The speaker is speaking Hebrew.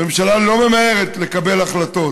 הממשלה לא ממהרת לקבל החלטות.